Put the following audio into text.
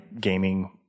gaming